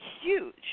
huge